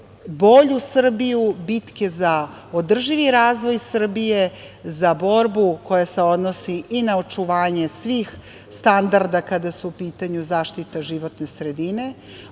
bolju Srbiju, bitke za održivi razvoj Srbije, za borbu koja se odnosi i na očuvanje svih standarda kada su u pitanju zaštita životne sredine,